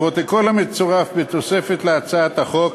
הפרוטוקול המצורף בתוספת להצעת החוק